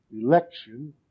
election